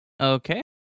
Okay